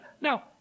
Now